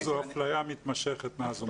זו אפליה מתמשכת מאז ומעולם.